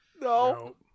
No